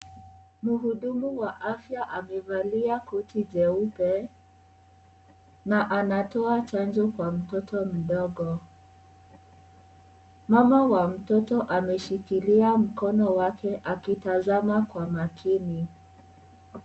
Muhudumu wa afya amevalia koti jeupe na anatoa chanjo kwa mtoto mdogo. mama wa mtoto ameshikilia mkono wake kutazama kwa makini.